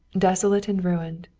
desolate and ruined,